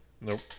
Nope